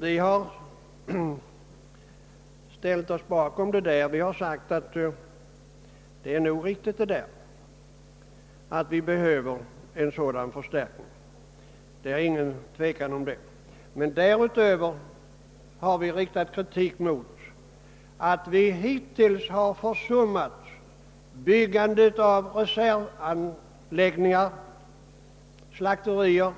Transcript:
Vi reservanter har ställt oss bakom tanken på en sådan förstärkning, ty det råder inget tvivel om att den behövs. Därutöver har vi riktat kritik mot att man hittills har försummat byggandet av reservanläggningar för slakterier,